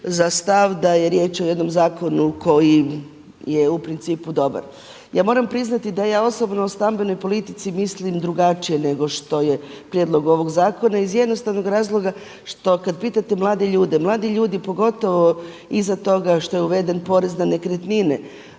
za stav da je riječ o jednom zakonu koji je u principu dobar. Ja moram priznati da ja osobno o stambenoj politici mislim drugačije nego što je prijedlog ovog zakona iz jednostavnog razloga što kada pitate mlade ljude, mladi ljudi pogotovo iza toga što je uveden porez na nekretnine